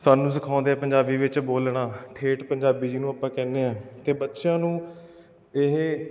ਸਾਨੂੰ ਸਿਖਾਉਂਦੇ ਪੰਜਾਬੀ ਵਿੱਚ ਬੋਲਣਾ ਠੇਠ ਪੰਜਾਬੀ ਜਿਹਨੂੰ ਆਪਾਂ ਕਹਿੰਦੇ ਹਾਂ ਕਿ ਬੱਚਿਆਂ ਨੂੰ ਇਹ